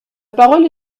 parole